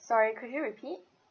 sorry could you repeat